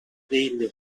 değildi